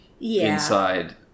inside